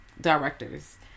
directors